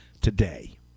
today